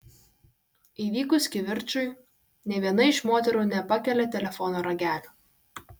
įvykus kivirčui nė viena iš moterų nepakelia telefono ragelio